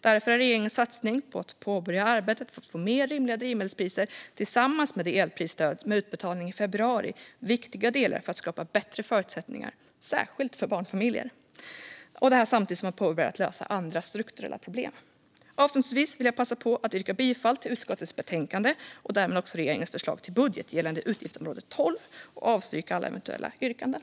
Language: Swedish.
Därför är regeringens satsning på att påbörja arbetet för att få mer rimliga drivmedelspriser tillsammans med elprisstödet, med utbetalning i februari, viktiga delar för att skapa bättre förutsättningar, särskilt för barnfamiljer. Detta görs samtidigt som man påbörjar arbetet med att lösa andra strukturella problem. Avslutningsvis vill jag yrka bifall till utskottets förslag i betänkandet och därmed också till regeringens förslag till budget gällande utgiftsområde 12 och yrka avslag på alla andra eventuella yrkanden.